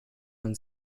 man